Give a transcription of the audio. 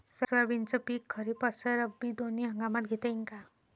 सोयाबीनचं पिक खरीप अस रब्बी दोनी हंगामात घेता येईन का?